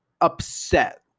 upset